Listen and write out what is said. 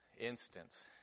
instance